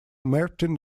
martin